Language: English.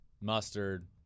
mustard